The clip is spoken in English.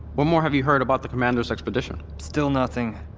what more have you heard about the commander's expedition? still nothing.